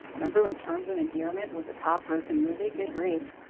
remember when terms of endearment was a top grossing movie? good grief.